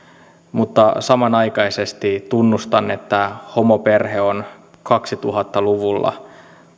mutta samanaikaisesti tunnustan että homoperhe on kaksituhatta luvulla